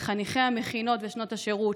לחניכי המכינות ושנות השירות,